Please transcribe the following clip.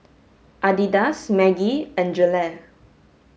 Adidas Maggi and Gelare